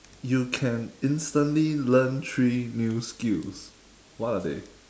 you can instantly learn three new skills what are they